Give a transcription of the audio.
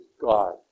God